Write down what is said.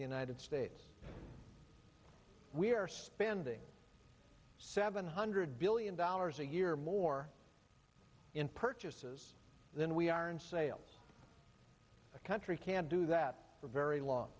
the united states we're spending seven hundred billion dollars a year more in purchases than we are in sales a country can't do that for very long